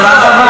נורא חבל.